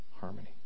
harmony